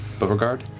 beauregard,